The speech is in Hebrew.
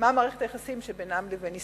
מה מערכת היחסים שבינם לבין ישראל.